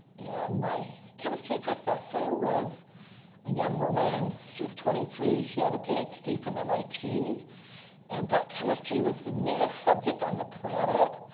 and my chemistry professor was a young woman. she was twenty three. she had a ph d. from mit and thought chemistry was the neatest subject on the planet.